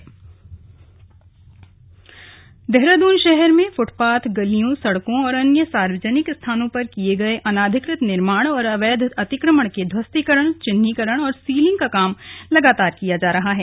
अतिक्रमण देहरादून शहर में फूटपाथों गलियों सड़कों और अन्य सार्वजनिक स्थानों पर किये गये अनाधिकृत निर्माणों और अवैध अतिक्रमणों के ध्वस्तीकरण चिन्हांकन और सीलिंग का काम लगातार किया जा रहा है